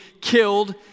killed